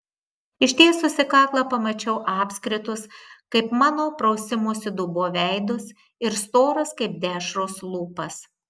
ištiesusi kaklą pamačiau apskritus kaip mano prausimosi dubuo veidus ir storas kaip dešros lūpas